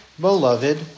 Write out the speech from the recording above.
beloved